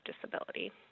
disability